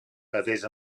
adés